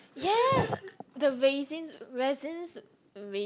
yes the raisin raisin